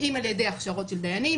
אם על ידי הכשרות של דיינים,